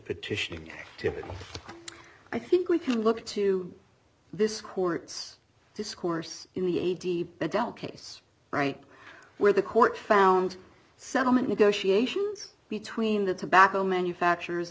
petitioning to i think we can look to this court's discourse in the a d but don't case right where the court found settlement negotiations between the tobacco manufacturer